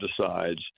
decides